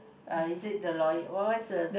uh is it the lawyer what's the